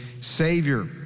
savior